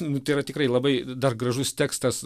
nu tai va tikrai labai dar gražus tekstas